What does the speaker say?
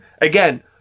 again